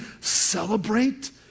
celebrate